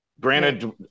granted